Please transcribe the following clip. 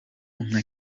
nka